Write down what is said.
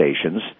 stations